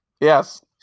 yes